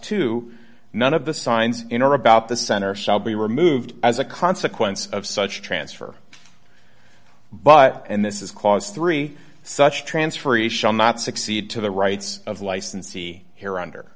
two none of the signs in or about the center shall be removed as a consequence of such transfer but and this is cause three such transferees shall not succeed to the rights of licensee here under